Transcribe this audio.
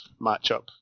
matchup